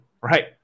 right